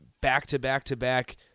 back-to-back-to-back